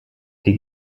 die